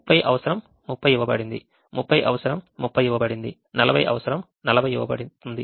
30 అవసరం 30 ఇవ్వబడింది 30 అవసరం 30 ఇవ్వబడింది 40 అవసరం 40 ఇవ్వబడుతుంది